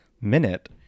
minute